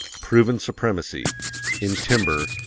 proven supremacy in timber,